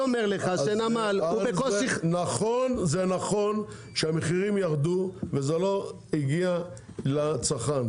זה נכון שהמחירים ירדו וזה לא הגיע לצרכן,